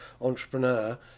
entrepreneur